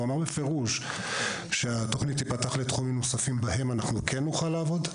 הוא אמר בפירוש שהתכנית תיפתח לתחומים נוספים בהם אנחנו כן נוכל לעבוד.